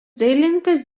dailininkas